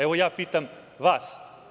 Evo, ja pitam vas?